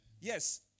Yes